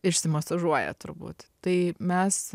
išsimasažuoja turbūt tai mes